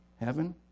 Heaven